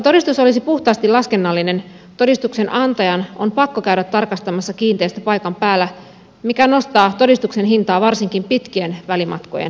vaikka todistus olisi puhtaasti laskennallinen todistuksen antajan on pakko käydä tarkastamassa kiinteistö paikan päällä mikä nostaa todistuksen hintaa varsinkin pitkien välimatkojen maassa